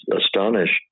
astonished